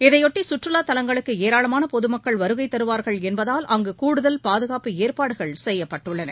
இதையொட்டி சுற்றுலா தலங்களுக்கு ஏராளமான பொது மக்கள் வருகை தருவார்கள் என்பதால் அங்கு கூடுதல் பாதுகாப்பு ஏற்பாடுகள் செய்யப்பட்டுள்ளன